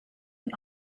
and